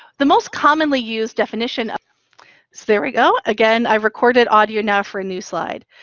the most commonly used definition. so there we go. again, i've recorded audio now for a new slide.